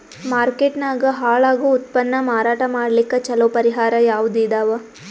Market ನಾಗ ಹಾಳಾಗೋ ಉತ್ಪನ್ನ ಮಾರಾಟ ಮಾಡಲಿಕ್ಕ ಚಲೋ ಪರಿಹಾರ ಯಾವುದ್ ಇದಾವ?